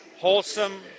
wholesome